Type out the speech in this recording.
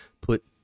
put